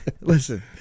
listen